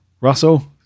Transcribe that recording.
Russell